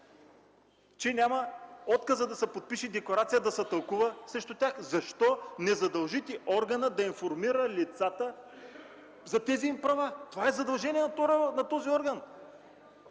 че отказът да се подпише декларация няма да се тълкува срещу тях. Защо не задължите органа да информира лицата за тези им права? Това е задължение на този орган.